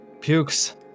pukes